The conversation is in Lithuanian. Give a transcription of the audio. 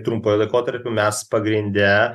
trumpuoju laikotarpiu mes pagrinde